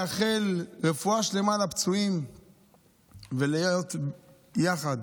לאחל רפואה שלמה לפצועים ולהיות יחד